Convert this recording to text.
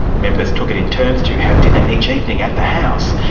members took it in turns to have dinner each evening at the house,